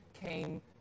came